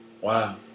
Wow